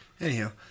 Anyhow